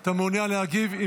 אתה מעוניין להגיב?